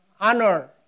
honor